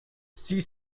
sie